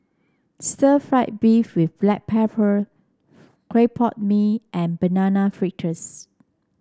Stir Fried Beef with Black Pepper Clay Pot Mee and Banana Fritters